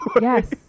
Yes